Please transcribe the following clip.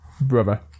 brother